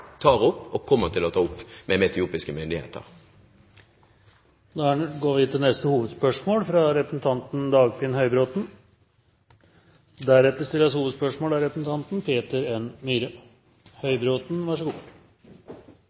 tar opp – og kommer til å ta opp – med etiopiske myndigheter. Vi går videre til neste hovedspørsmål.